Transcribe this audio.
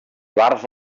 bars